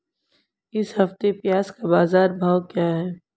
इस हफ्ते प्याज़ का बाज़ार भाव क्या है?